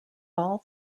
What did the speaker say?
all